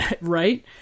Right